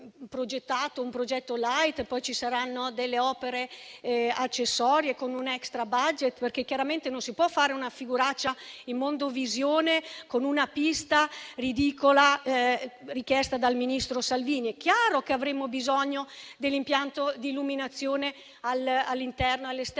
un progetto *light,* ma poi ci saranno opere accessorie con un extrabudget*,* perché non si può fare una figuraccia in mondovisione con una pista ridicola richiesta dal ministro Salvini. È chiaro che avremo bisogno dell'impianto di illuminazione all'interno e all'esterno,